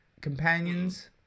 companions